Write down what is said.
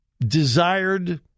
desired